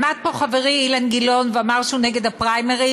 עמד פה חברי אילן גילאון ואמר שהוא נגד הפריימריז,